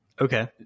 Okay